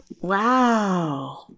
Wow